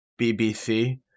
BBC